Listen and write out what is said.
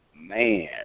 man